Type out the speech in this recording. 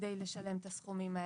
כדי לשלם את הסכומים האלה.